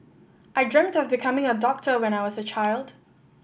I dreamt of becoming a doctor when I was a child